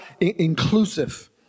inclusive